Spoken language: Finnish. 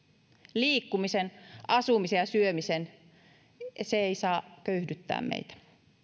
liikkuminen asuminen ja syöminen eivät saa köyhdyttää meitä